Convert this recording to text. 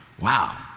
Wow